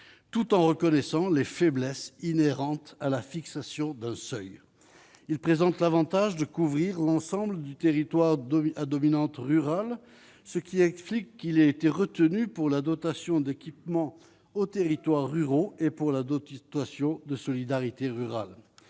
tout en reconnaissant les faiblesses inhérentes à la fixation d'un seuil, il présente l'Avantage de couvrir l'ensemble du territoire Deauville à dominante rurale, ce qui explique qu'il a été retenu pour la dotation d'équipement aux territoires ruraux et pour la station de Solidarité rurale,